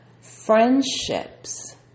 friendships